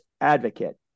advocate